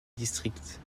district